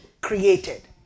created